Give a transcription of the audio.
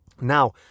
Now